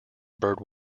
bird